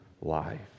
life